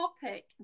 topic